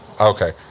Okay